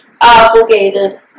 obligated